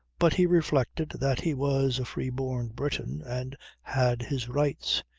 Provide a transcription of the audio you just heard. but he reflected that he was a free-born briton and had his rights.